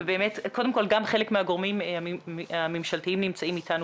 ובאמת גם חלק מהגורמים הממשלתיים נמצאים איתנו,